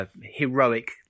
heroic